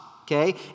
okay